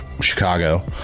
Chicago